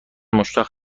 مشتاق